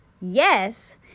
yes